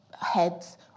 heads